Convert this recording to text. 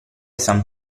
san